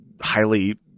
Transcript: highly